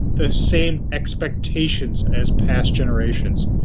the same expectations as past generations.